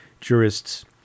jurists